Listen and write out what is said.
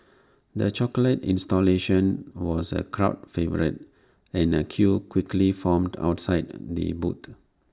the chocolate installation was A crowd favourite and A queue quickly formed outside the booth